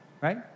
Right